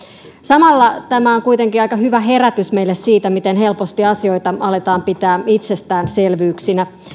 samalla tämä on kuitenkin aika hyvä herätys meille siitä miten helposti asioita aletaan pitää itsestäänselvyyksinä